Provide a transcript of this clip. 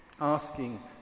asking